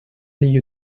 degli